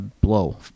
blow